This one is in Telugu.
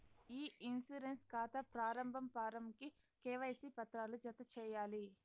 ఇ ఇన్సూరెన్స్ కాతా ప్రారంబ ఫారమ్ కి కేవైసీ పత్రాలు జత చేయాలి